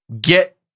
get